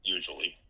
Usually